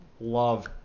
love